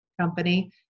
company